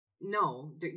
no